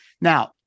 Now